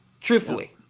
truthfully